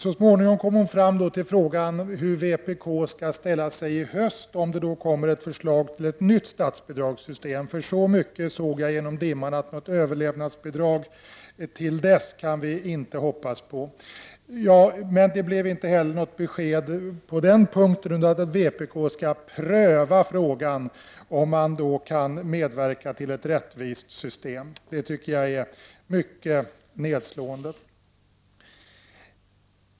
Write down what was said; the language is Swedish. Så småningom kom Ylva Johansson fram till frågan om hur vpk skall ställa sig i höst om det kommer förslag till ett nytt statsbidragssystem. Jag kunde se så mycket genom dimman att jag i alla fall förstod att vi inte kan hoppas på något överlevnadsbidrag till dess. Det blev inte heller något besked på den punkten. Vpk skall pröva frågan om man kan medverka till ett rättvist system. Det tycker jag är mycket nedslående.